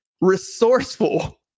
Resourceful